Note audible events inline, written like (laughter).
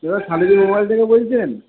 (unintelligible) থেকে বলছেন